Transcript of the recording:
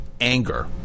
anger